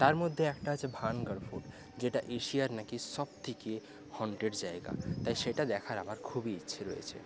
তার মধ্যে একটা আছে ভানগড়পুর যেটা এশিয়ার নাকি সবথেকে হন্টেড জায়গা তাই সেটা দেখার আমার খুবই ইচ্ছে রয়েছে